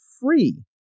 free